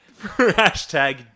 Hashtag